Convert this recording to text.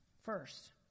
first